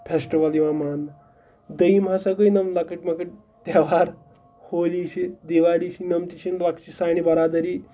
festival یِوان ماننہٕ دٔیِم ہسا گٔے یِم لۄکٕٹۍ مۄکٕٹۍ تہوار ہولی چھِ دیوالی چھِ یِم تہِ چھِ لۄکچہِ سانہِ بَرادٔری